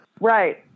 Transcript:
right